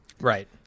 Right